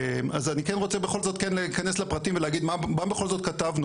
אז אני כן רוצה בכל זאת כן להיכנס לפרטים ולהגיד מה בכל זאת כתבנו,